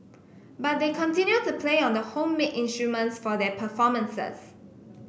but they continue to play on the homemade instruments for their performances